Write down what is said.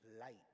light